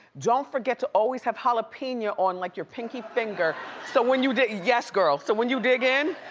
don't forget to always have jalapeno on like your pinky finger. so when you did, yes girl. so when you did again,